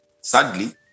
sadly